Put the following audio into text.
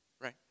right